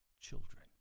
children